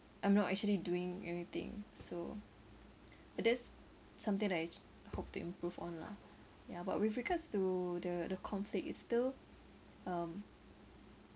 I'm not actually doing anything so it is something that I actually hope to improve on lah ya but with regards to the the conflict it's still um